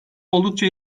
oldukça